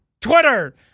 Twitter